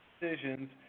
decisions